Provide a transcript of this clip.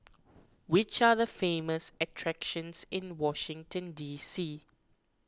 which are the famous attractions in Washington D C